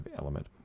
element